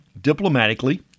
diplomatically